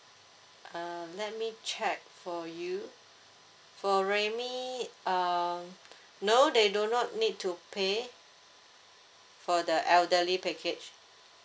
uh let me check for you for realme uh no they do not need to pay for the elderly package